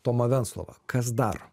tomą venclovą kas dar